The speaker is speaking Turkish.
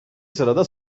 sırada